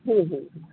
হুম হুম হুম